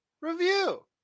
review